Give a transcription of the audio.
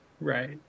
Right